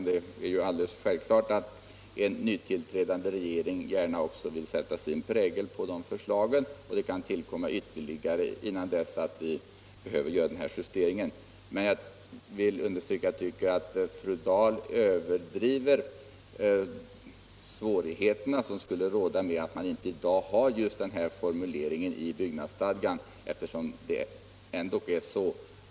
Det är alldeles självklart att en ny regering också gärna vill sätta sin prägel på förslagen, och det kan tillkomma ytterligare förslag innan vi fattar beslut i riksdagen. Men jag vill understryka att jag tycker att fru Dahl överdriver svårigheterna med att man inte i dag har just den föreslagna formuleringen i byggnadsstadgan.